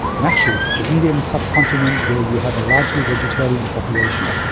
naturally the indian subcontinent where you have a largely vegetarian population.